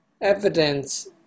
evidence